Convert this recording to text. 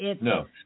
No